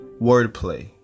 wordplay